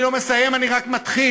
אני לא מסיים, אני רק מתחיל.